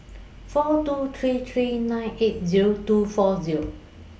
four two three three nine eight Zero two four Zero